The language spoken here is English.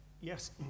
Yes